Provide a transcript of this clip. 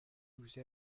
whose